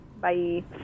Bye